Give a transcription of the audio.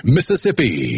Mississippi